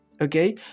Okay